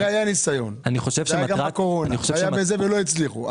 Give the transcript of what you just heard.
הרי היה ניסיון בקורונה, ולא הצליחו.